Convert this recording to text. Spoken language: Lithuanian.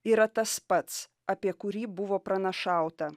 yra tas pats apie kurį buvo pranašauta